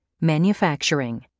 Manufacturing